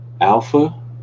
Alpha